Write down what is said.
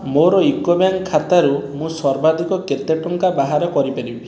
ମୋର UCO bank ଖାତାରୁ ମୁଁ ସର୍ବାଧିକ କେତେ ଟଙ୍କା ବାହାର କରିପାରିବି